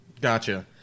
Gotcha